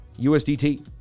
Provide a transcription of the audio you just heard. USDT